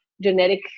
genetic